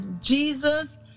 Jesus